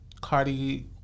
Cardi